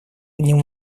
одним